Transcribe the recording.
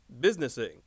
businessing